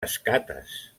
escates